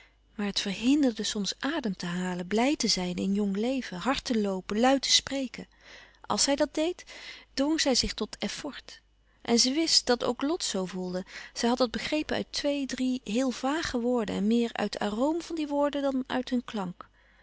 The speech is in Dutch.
maar het verhinderde soms adem te halen blij te zijn in jong leven hard te loopen luid te spreken àls zij dat deed dwong zij zich tot effort en ze wist dat ook lot zoo voelde zij had dat begrepen uit twee drie heel vage woorden en meer uit de aroom van die woorden dan uit hun klank